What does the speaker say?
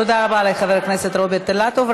תודה רבה לחבר הכנסת רוברט אילטוב.